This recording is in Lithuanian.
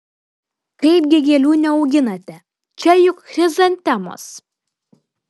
kaipgi gėlių neauginate čia juk chrizantemos